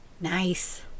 Nice